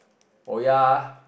oh ya